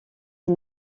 est